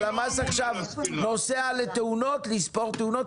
הלמ"ס עכשיו נוסע לתאונות, לספור תאונות?